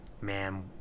Man